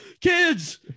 kids